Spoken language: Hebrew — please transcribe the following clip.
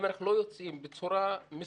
אם אנחנו לא יוצאים בצורה מסודרת